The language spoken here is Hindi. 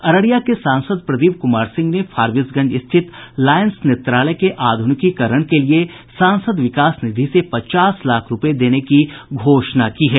अररिया के सांसद प्रदीप कुमार सिंह ने फारबिसगंज स्थित लायंस नेत्रालय के आधुनिकीकरण के लिए सांसद विकास निधि से पचास लाख रूपये देने की घोषणा की है